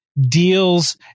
deals